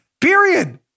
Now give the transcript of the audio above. period